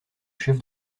chef